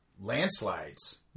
landslides